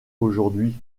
aujourd’hui